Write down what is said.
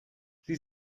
sie